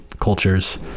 cultures